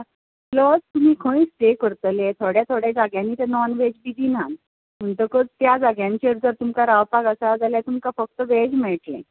plus तुमी खंय stay करतलीं थोड्या थोड्या जाग्यांनीं ते नॉन वॅज बी दिनात म्हणटकच त्या जाग्यांचेर जर तुमकां रावपाक आसा जाल्यार तुमकां फक्त वॅज मेळटलें